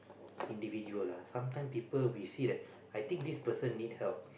individual lah sometime people we see that I think this person need help